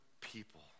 people